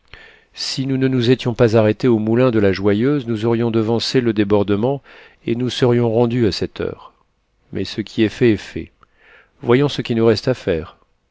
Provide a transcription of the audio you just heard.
si nous ne nous étions pas arrêtés au moulin de la joyeuse nous aurions devancé le débordement et nous serions rendus à cette heure mais ce qui est fait est fait voyons ce qui nous reste à faire